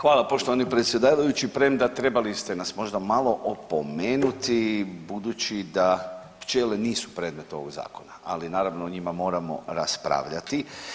Hvala poštovani predsjedavajući, premda trebali ste nas možda malo opomenuti budući da pčele nisu predmet ovog zakona, ali naravno o njima moramo raspravljati.